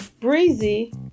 Breezy